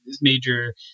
major